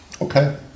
Okay